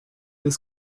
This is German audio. bis